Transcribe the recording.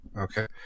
Okay